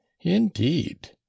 indeed